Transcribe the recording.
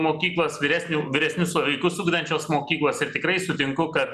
mokyklos vyresnių vyresnius vaikus ugdančios mokyklos ir tikrai sutinku kad